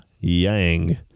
Yang